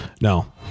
No